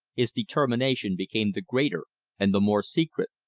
his determination became the greater and the more secret.